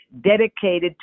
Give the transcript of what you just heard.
dedicated